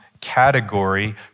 category